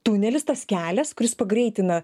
tunelis tas kelias kuris pagreitina